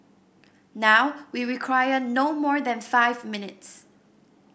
now we require no more than five minutes